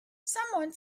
someone